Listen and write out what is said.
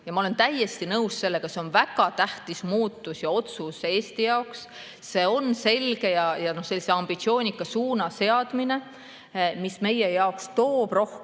Ma olen täiesti nõus sellega, et see on väga tähtis muutus ja otsus Eesti jaoks. See on selge. See on sellise ambitsioonika suuna seadmine, mis meie jaoks toob rohkem